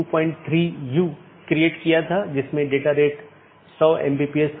हम देखते हैं कि N1 R1 AS1 है यह चीजों की विशेष रीचाबिलिटी है